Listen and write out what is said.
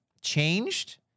changed